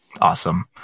Awesome